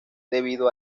debido